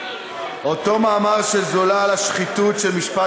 אותו מאמר של זולא על השחיתות שבמשפט